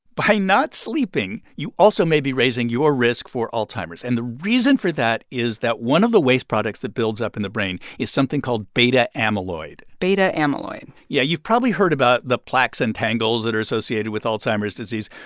by not sleeping, you also may be raising your risk for alzheimer's. and the reason for that is that one of the waste products that builds up in the brain is something called but and beta-amyloid but and beta-amyloid yeah. you've probably heard about the plaques and tangles that are associated with alzheimer's disease.